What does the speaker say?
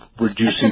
reducing